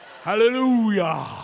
Hallelujah